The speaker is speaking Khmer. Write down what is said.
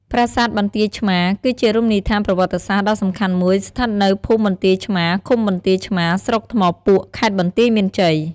ប្រាសាទបន្ទាយឆ្មារ គឺជារមណីយដ្ឋានប្រវត្តិសាស្ត្រដ៏សំខាន់មួយស្ថិតនៅភូមិបន្ទាយឆ្មារ ឃុំបន្ទាយឆ្មារ ស្រុកថ្មពួក ខេត្តបន្ទាយមានជ័យ។